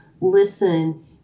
listen